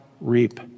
reap